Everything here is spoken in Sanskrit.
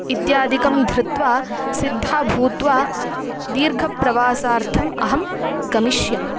इत्यादिकं धृत्वा सिद्धा भूत्वा दीर्घप्रवासार्थम् अहं गमिष्यामि